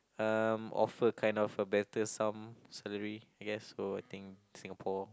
um offer kind of a better sum salary I guess so I think Singapore